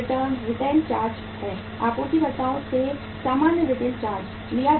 rental charge हैं आपूर्तिकर्ताओं से सामान्य रेंटल चार्ज लिया जाता है